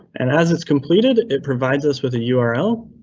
and as it's completed, it provides us with a yeah url.